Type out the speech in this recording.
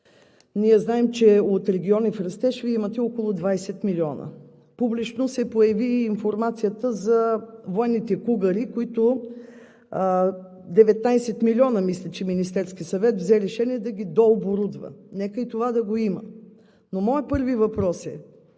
Ние знаем, че от „Региони в растеж“ Вие имате около 20 милиона. Публично се появи и информацията за военните „Кугър“, за които – 19 милиона, мисля, че Министерският съвет взе решение да ги дооборудва. Нека и това да го има. Но моят първи въпрос е: